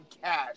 cash